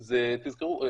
תזכרו,